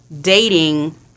dating